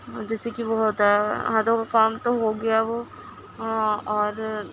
جیسے کہ وہ ہوتا ہے ہاتھوں کا کام تو ہو گیا وہ اور